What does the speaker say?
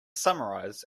summarize